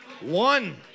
One